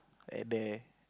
at there